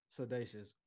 Sedacious